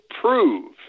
prove